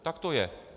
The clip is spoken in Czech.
Tak to je.